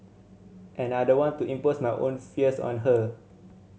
and I don't want to impose my own fears on her